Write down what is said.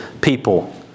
people